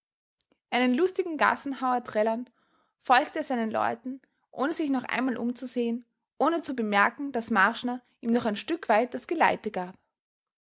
einen lustigen gassenhauer trällernd folgte er seinen leuten ohne sich noch einmal umzusehen ohne zu bemerken daß marschner ihm noch ein stück weit das geleite gab